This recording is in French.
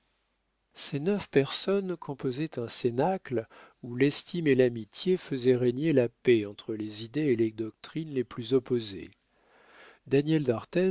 ces neuf personnes composaient un cénacle où l'estime et l'amitié faisaient régner la paix entre les idées et les doctrines les plus opposées daniel